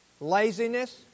Laziness